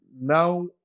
now